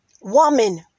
Woman